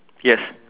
yes